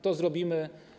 To zrobimy.